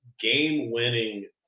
game-winning